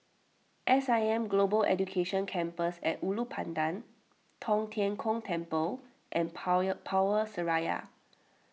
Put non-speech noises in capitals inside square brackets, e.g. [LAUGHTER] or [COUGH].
S I M Global Education Campus at Ulu Pandan Tong Tien Kung Temple and [UNINTELLIGIBLE] Power Seraya